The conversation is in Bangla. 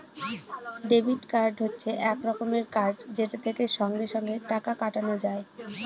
ডেবিট কার্ড হচ্ছে এক রকমের কার্ড যেটা থেকে সঙ্গে সঙ্গে টাকা কাটানো যায়